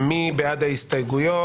מי בעד ההסתייגויות